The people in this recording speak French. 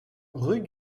rue